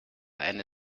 eine